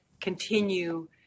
continue